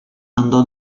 andò